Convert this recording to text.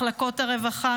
מחלקות הרווחה,